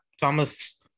Thomas